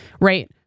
right